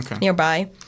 nearby